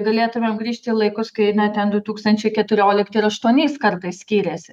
galėtumėm grįžti į laikus kai na ten du tūkstančiai keturiolikti ir aštuoniais kartais skyrėsi